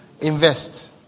Invest